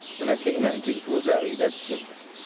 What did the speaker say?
and a canine tooth was valued at six.